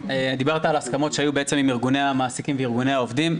דיברת על ההסכמות שהיו בעצם עם ארגוני המעסיקים וארגוני העובדים.